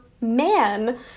man